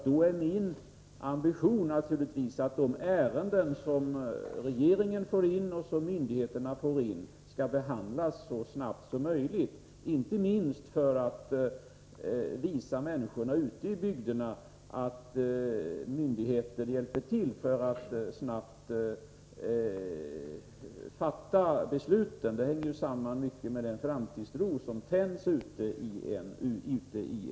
Då är min ambition naturligtvis att de ärenden som regeringen och myndigheterna får in skall behandlas så snabbt som möjligt, inte minst för att visa människorna ute i bygderna att myndigheterna hjälper till genom att fatta besluten snabbt. Det sammanhänger ju mycket med den framtidstro som tänds.